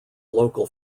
local